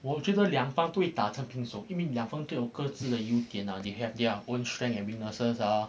我觉得两方对打成平手因为两方都有各自的优点啊 they have their own strength and weaknesses ah